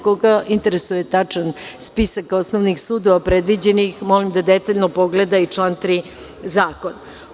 Koga interesuje tačan spisak osnovnih sudova predviđenih, molim da detaljno pogleda i član 3. zakona.